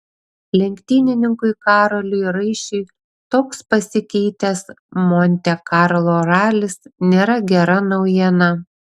lenktynininkui karoliui raišiui toks pasikeitęs monte karlo ralis nėra gera naujiena